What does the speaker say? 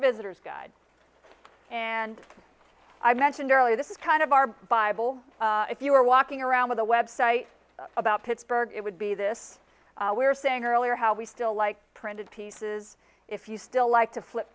visitor's guide and i mentioned earlier this is kind of our bible if you were walking around with a website about pittsburgh it would be this we were saying earlier how we still like printed pieces if you still like to flip